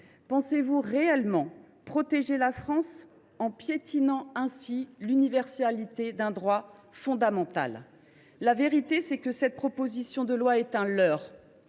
Croyez vous réellement que vous protégerez la France en piétinant ainsi l’universalité d’un droit fondamental ? En vérité, cette proposition de loi est un leurre